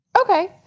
Okay